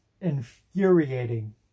infuriating